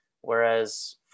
Whereas